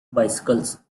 bicycles